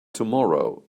tomorrow